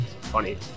Funny